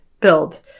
build